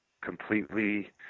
completely